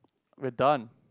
we are done